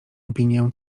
opinię